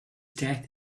death